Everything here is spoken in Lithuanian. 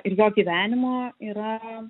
ir jo gyvenimo yra